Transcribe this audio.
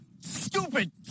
Stupid